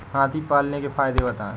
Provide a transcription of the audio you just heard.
हाथी पालने के फायदे बताए?